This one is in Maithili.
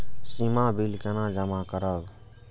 सीमा बिल केना जमा करब?